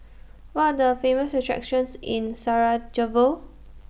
What Are The Famous attractions in Sarajevo